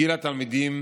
גיל התלמידים